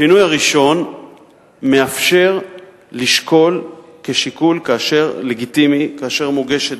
השינוי הראשון מאפשר לשקול כשיקול לגיטימי כאשר מוגשת